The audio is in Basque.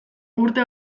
urte